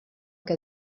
que